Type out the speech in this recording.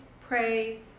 pray